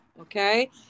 Okay